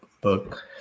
book